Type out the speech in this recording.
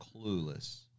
clueless